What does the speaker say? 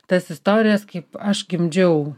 tas istorijas kaip aš gimdžiau